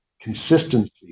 consistency